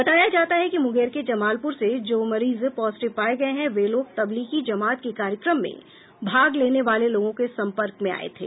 बताया जाता है कि मुंगेर के जमालपुर से जो मरीज पॉजिटिव पाये गये हैं वे लोग तबलीगी जमात के कार्यक्रम में भाग लेने वाले लोगों के संपर्क में आये थे